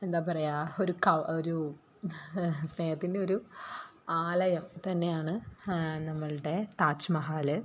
എന്താ പറയുക ഒരു ഒരൂ സ്നേഹത്തിൻ്റെ ഒരു ആലയം തന്നെയാണ് നമ്മളുടെ താജ് മഹൽ